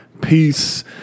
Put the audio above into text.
Peace